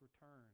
return